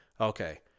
Okay